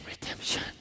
redemption